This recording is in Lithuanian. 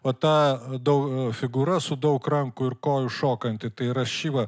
o ta dau figūra su daug rankų ir kojų šokanti tai yra šiva